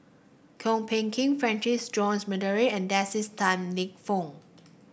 Kwok Peng Kin Francis Jose D'Almeida and Dennis Tan Lip Fong